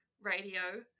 radio